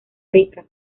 rica